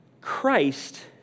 Christ